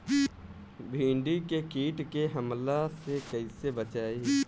भींडी के कीट के हमला से कइसे बचाई?